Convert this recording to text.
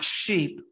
sheep